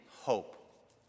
hope